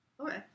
Okay